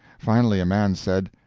finally a man said,